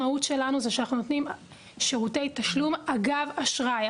המהות שלנו זה שאנחנו נותנים שירותי תשלום אגב אשראי.